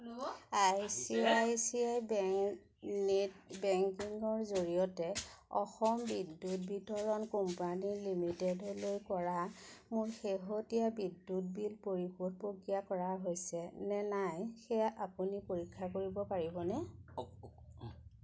I C I C I bank net বেংকিঙৰ জৰিয়তে অসম বিদ্যুৎ বিতৰণ কোম্পানী লিমিটেডলৈ কৰা মোৰ শেহতীয়া বিদ্যুৎ বিল পৰিশোধ প্ৰক্ৰিয়া কৰা হৈছে নে নাই সেয়া আপুনি পৰীক্ষা কৰিব পাৰিবনে